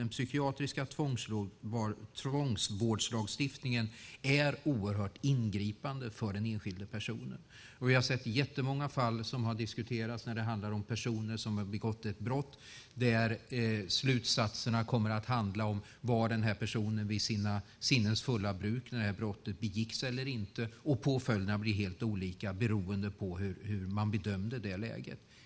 Den psykiatriska tvångsvårdslagstiftningen är oerhört ingripande för den enskilda personen. Vi har sett många fall diskuteras när det handlar om personer som har begått ett brott där slutsatserna kommer att handla om i fall personen i fråga var vid sina sinnens fulla bruk när brottet begicks eller inte, och påföljderna blir helt olika beroende på hur man bedömde det läget.